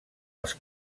els